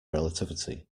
relativity